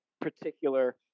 particular